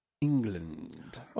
England